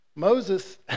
Moses